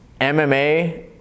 MMA